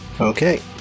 Okay